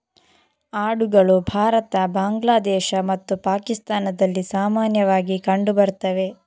ಆಡುಗಳು ಭಾರತ, ಬಾಂಗ್ಲಾದೇಶ ಮತ್ತು ಪಾಕಿಸ್ತಾನದಲ್ಲಿ ಸಾಮಾನ್ಯವಾಗಿ ಕಂಡು ಬರ್ತವೆ